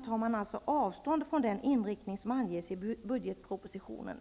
tar man avstånd från den inriktning som anges i budgetpropositionen.